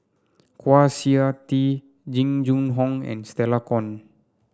Kwa Siew Tee Jing Jun Hong and Stella Kon